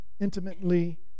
intimately